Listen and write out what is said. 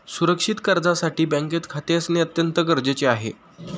सुरक्षित कर्जासाठी बँकेत खाते असणे अत्यंत गरजेचे आहे